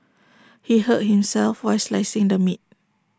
he hurt himself while slicing the meat